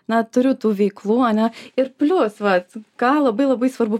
na turiu tų veiklų ane ir plius vat ką labai labai svarbu